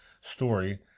story